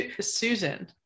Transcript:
susan